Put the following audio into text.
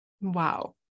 wow